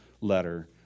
letter